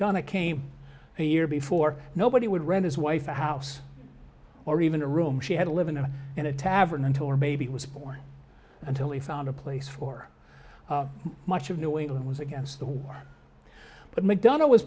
mcdonough came a year before nobody would read his wife a house or even a room she had to live in a in a tavern until her baby was born until he found a place for much of new england was against the war but mcdon